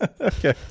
Okay